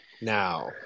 Now